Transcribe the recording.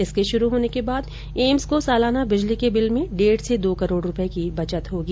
इसके शुरू होने के बाद एम्स को सालाना बिजली के बिल में डेढ़ से दो करोड़ रूपये की बचत होगी